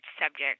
subject